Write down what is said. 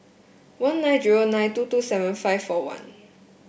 one nine zero nine two two seven five four one